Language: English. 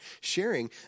Sharing